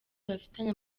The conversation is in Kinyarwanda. bafitanye